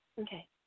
Okay